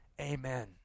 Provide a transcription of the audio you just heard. amen